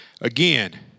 again